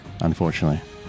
unfortunately